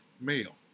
male